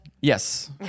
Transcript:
yes